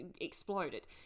exploded